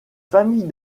famille